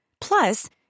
Plus